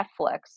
Netflix